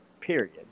Period